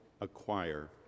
Acquire